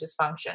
dysfunction